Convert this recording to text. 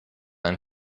ein